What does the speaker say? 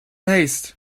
haste